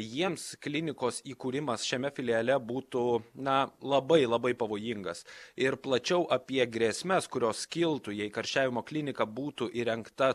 jiems klinikos įkūrimas šiame filiale būtų na labai labai pavojingas ir plačiau apie grėsmes kurios kiltų jei karščiavimo klinika būtų įrengta